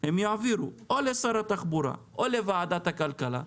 הם יעבירו או לשר התחבורה, או לוועדת הכלכלה.